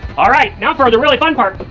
alright. now for the really fun part.